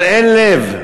אבל אין לב.